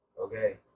Okay